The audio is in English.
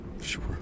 Sure